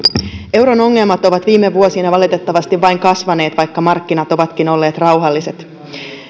euron ongelmat ovat viime vuosina valitettavasti vain kasvaneet vaikka markkinat ovatkin olleet rauhalliset